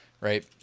right